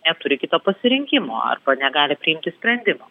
neturi kito pasirinkimo arba negali priimti sprendimo